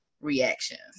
reactions